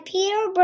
Peter